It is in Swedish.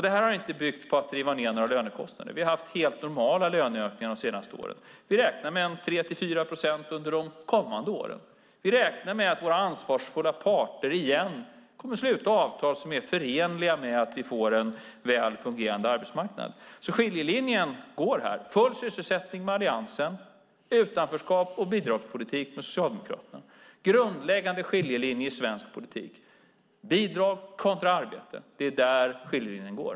Det har inte byggt på att driva ned några lönekostnader. Vi har haft helt normala löneökningar de senaste åren. Vi räknar med 3-4 procent under de kommande åren. Vi räknar med att våra ansvarsfulla parter igen kommer att sluta avtal som är förenliga med att vi får en väl fungerande arbetsmarknad. Skiljelinjen går alltså här. Full sysselsättning med Alliansen - utanförskap och bidragspolitik med Socialdemokraterna. Det är en grundläggande skiljelinje i svensk politik. Bidrag kontra arbete. Det är där skiljelinjen går.